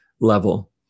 level